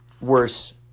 worse